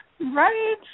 Right